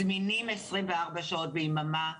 זמינים 24 שעות ביממה,